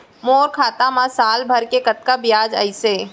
मोर खाता मा साल भर के कतका बियाज अइसे?